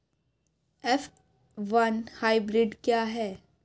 F one hybrid क्या है?